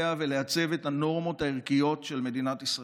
ולייצב את הנורמות הערכיות של מדינת ישראל,